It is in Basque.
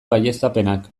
baieztapenak